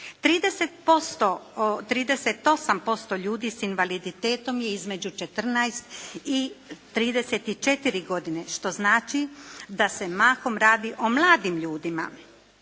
38% ljudi s invaliditetom je između 14 i 34 godine što znači da se mahom radi o mladim ljudima.